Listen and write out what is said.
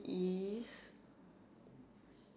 is